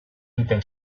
duten